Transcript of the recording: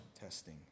Testing